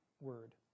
word